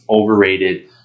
overrated